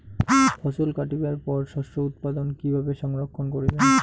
ফছল কাটিবার পর শস্য উৎপাদন কিভাবে সংরক্ষণ করিবেন?